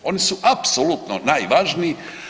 Oni su apsolutno najvažniji.